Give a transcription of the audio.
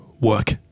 work